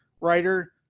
writer